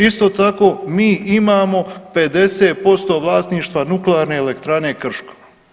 Isto tako mi imamo 50% vlasništva Nuklearne elektrane Krško.